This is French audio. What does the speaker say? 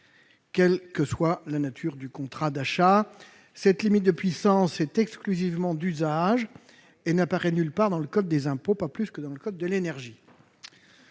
quelle que soit la nature du contrat d'achat. Cette limite de puissance est exclusivement d'usage et n'apparaît nulle part dans le code des impôts, pas plus que dans le code de l'énergie.